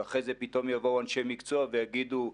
ואחרי זה פתאום יבואו אנשי מקצוע ויגידו,